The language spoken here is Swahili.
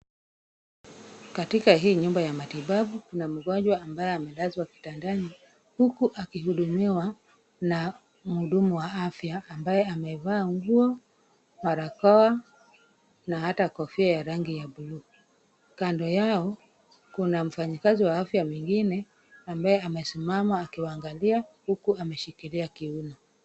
Katika hii nyumba ya matibabu, kuna mgonjwa ambaye amelazwa kitandani huku akihudumiwa na mhudumu wa afya ambaye amevaa nguo, barakoa na hata kofia ya rangi ya buluu. Kando yao kuna mfanyakazi wa afya mwingine ambaye amesimama akiwaangalia huku ameshikilia kiuno.